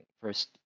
first